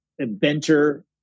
adventure